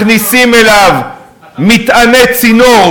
מכניסים אליו מטעני צינור,